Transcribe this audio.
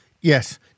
Yes